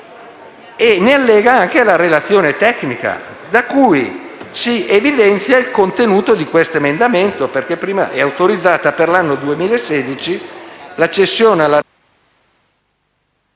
e ne allega anche la relazione tecnica, da cui si evidenzia il contenuto di questo emendamento: è autorizzata per l'anno 2016 la cessione alla...